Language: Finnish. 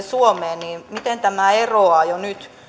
suomeen miten tämä eroaa jo nyt